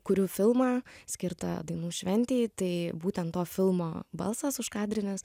kuriu filmą skirtą dainų šventei tai būtent to filmo balsas užkadrinis